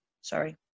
sorry